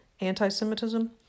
anti-Semitism